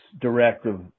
directive